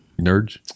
Nerds